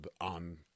on